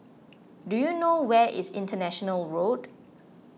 do you know where is International Road